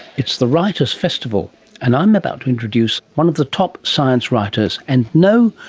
it's the writers' festival and i'm about to introduce one of the top science writers and no,